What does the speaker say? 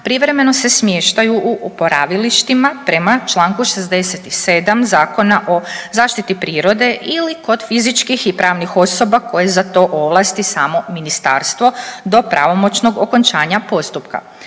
privremeno se smještaju u oporavilištima prema čl. 67. Zakona o zaštiti prirode ili kod fizičkih i pravnih osoba koje za to ovlasti samo ministarstvo do pravomoćnog okončanja postupka.